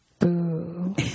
Boo